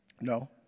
No